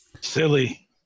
Silly